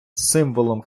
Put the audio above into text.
символом